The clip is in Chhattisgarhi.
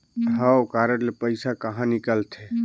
हव कारड ले पइसा कहा निकलथे?